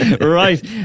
Right